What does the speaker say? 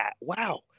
Wow